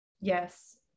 Yes